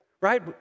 right